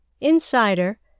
Insider